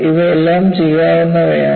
ഇവയെല്ലാം ചെയ്യാവുന്നവയാണ്